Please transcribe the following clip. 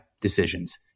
decisions